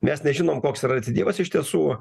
mes nežinom koks yra recidyvas iš tiesų